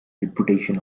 reputation